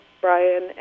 Brian